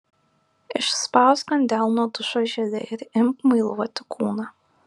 išspausk ant delno dušo želė ir imk muiluoti kūną